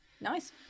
Nice